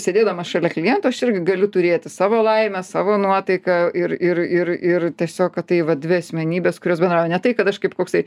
sėdėdama šalia kliento aš irgi galiu turėti savo laimę savo nuotaiką ir ir ir ir tiesiog kad tai va dvi asmenybės kurios bendrauja ne tai kad aš kaip koksai